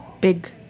big